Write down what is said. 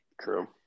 True